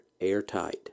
airtight